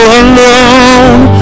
alone